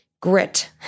grit